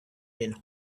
been